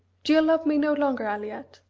do you love me no longer, aliette?